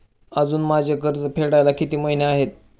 अजुन माझे कर्ज फेडायला किती महिने आहेत?